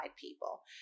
people